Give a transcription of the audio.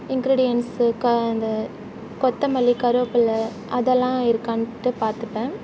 ingredients கா இந்த கொத்தமல்லி கருவேப்பில்ல அதெல்லாம் இருக்கான்ட்டு பார்த்துப்பேன்